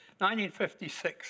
1956